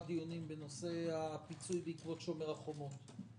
דיונים בנושא הפיצוי בעקבות "שומר החומות".